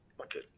Okay